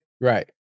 right